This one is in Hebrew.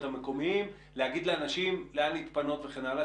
המקומיים ולהגיד לאנשים לאן להתפנות וכן הלאה,